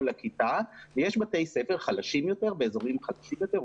הכיתה ויש בתי ספר באזורים חלשים יותר,